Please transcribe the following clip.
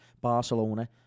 Barcelona